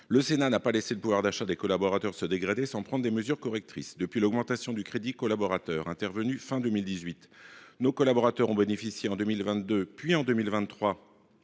Le Sénat n’a pas laissé le pouvoir d’achat des collaborateurs se dégrader sans prendre de mesures correctrices. Depuis l’augmentation de cette enveloppe, intervenue fin 2018, nos collaborateurs ont bénéficié en 2022, puis en 2023,